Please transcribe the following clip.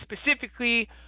specifically